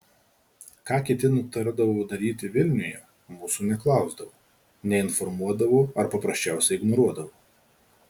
ką kiti nutardavo daryti vilniuje mūsų neklausdavo neinformuodavo ar paprasčiausiai ignoruodavo